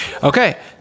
Okay